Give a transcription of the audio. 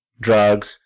drugs